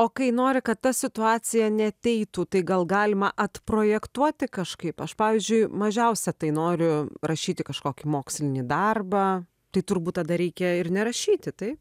o kai nori kad ta situacija neateitų tai gal galima atprojektuoti kažkaip aš pavyzdžiui mažiausia tai noriu rašyti kažkokį mokslinį darbą tai turbūt tada reikia ir nerašyti tai